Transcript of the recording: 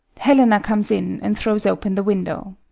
helena comes in and throws open the window.